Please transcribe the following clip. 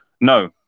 No